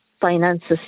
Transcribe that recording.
finances